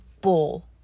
bowl